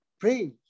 Pray